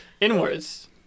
Inwards